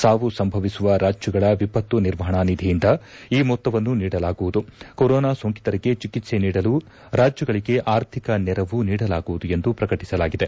ಸಾವು ಸಂಭವಿಸುವ ರಾಜ್ಯಗಳ ವಿಪತ್ತು ನಿರ್ವಹಣಾ ನಿಧಿಯಿಂದ ಈ ಮೊತ್ತವನ್ನು ನೀಡಲಾಗುವುದು ಕೊರೊನಾ ಸೋಂಕಿತರಿಗೆ ಚಿಕಿತ್ಸೆ ನೀಡಲು ರಾಜ್ಯಗಳಿಗೆ ಆರ್ಥಿಕ ನೆರವು ನೀಡಲಾಗುವುದು ಎಂದು ಪ್ರಕಟಿಸಲಾಗಿದೆ